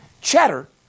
CHEDDAR